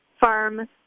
farm